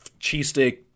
cheesesteak